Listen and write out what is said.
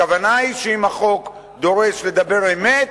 הכוונה היא שאם החוק דורש לדבר אמת,